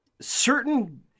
certain